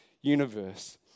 universe